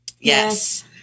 Yes